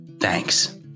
thanks